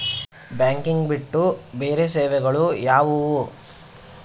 Banking ಬಿಟ್ಟು ಬೇರೆ ಸೇವೆಗಳು ಯಾವುವು?